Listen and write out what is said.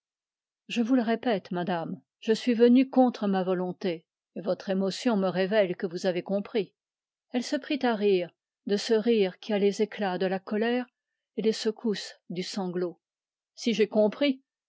je vous le répète madame je suis venu contre ma volonté et votre émotion me révèle que vous avez compris elle se prit à rire de ce rire qui a les éclats de la colère et les secousses du sanglot si j'ai compris